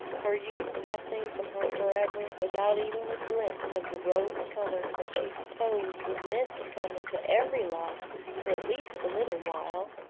her youth passing from her forever without even a glimpse of the rose-color that she supposed was meant to come into every life for at least a little while.